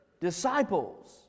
disciples